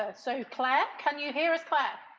ah so claire, can you hear us, claire?